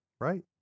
right